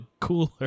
cooler